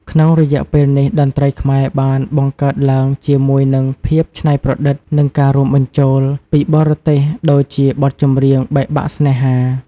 ក្នុងរយៈពេលនេះ តន្ត្រីខ្មែរបានបង្កើតឡើងជាមួយនឹង ភាពច្នៃប្រឌិត និងការរួមបញ្ចូលពីបរទេស ដូចជាបទចម្រៀងបែកបាក់ស្នេហា។